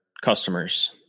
customers